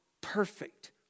perfect